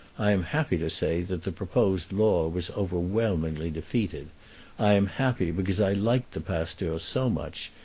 i am happy to say that the proposed law was overwhelmingly defeated i am happy because i liked the pasteur so much,